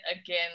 again